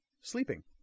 sleeping